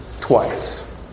twice